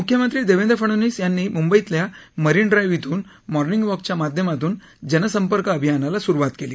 मुख्यमंत्री देवेंद्र फडनवीस यांनी मुंबईतल्या मरीन ड्राईव्ह इथून मॉर्मिंग वॉक च्या माध्यमातून जनसंपर्क अभियानाला सुरवात केली